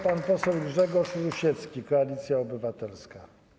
Pan poseł Grzegorz Rusiecki, Koalicja Obywatelska.